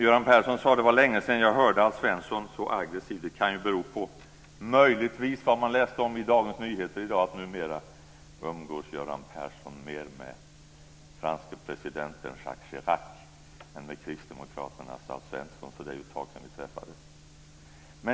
Göran Persson sade att det var länge sedan han hörde Alf Svensson så aggressiv. Det kan möjligtvis bero på det man läste i Dagens Nyheter i dag, att Göran Persson numera umgås mer med franske presidenten Jacques Chirac än med kristdemokraternas Alf Svensson. Det är ju ett tag sedan vi träffades.